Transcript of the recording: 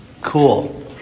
Cool